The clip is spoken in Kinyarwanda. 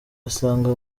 asanga